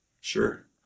Sure